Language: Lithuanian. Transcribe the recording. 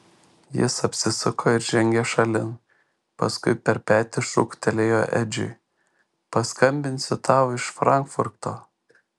jis apsisuko ir žengė šalin paskui per petį šūktelėjo edžiui paskambinsiu tau iš frankfurto